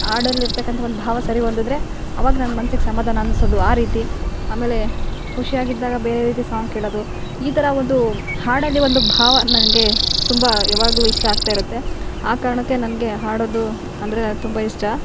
ಹಾಡಲ್ಲಿರ್ತಕ್ಕಂಥ ಒಂದು ಭಾವ ಸರಿಹೊಂದಿದ್ರೆ ಆವಾಗ ನನ್ನ ಮನಸ್ಸಿಗೆ ಸಮಾಧಾನ ಅನ್ಸೋದು ಆ ರೀತಿ ಆಮೇಲೆ ಖುಷಿಯಾಗಿದ್ದಾಗ ಬೇರೆ ರೀತಿ ಸಾಂಗ್ ಕೇಳೋದು ಈ ಥರ ಒಂದು ಹಾಡಲ್ಲಿ ಒಂದು ಭಾವ ನನಗೆ ತುಂಬ ಯಾವಾಗ್ಲು ಇಷ್ಟ ಆಗ್ತಾ ಇರುತ್ತೆ ಆ ಕಾರಣಕ್ಕೆ ನನಗೆ ಹಾಡೋದು ಅಂದರೆ ತುಂಬ ಇಷ್ಟ